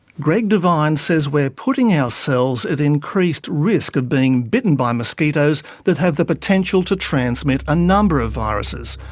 greg devine says we're putting ourselves at increased risk of being bitten by mosquitoes that have the potential to transmit a number of viruses,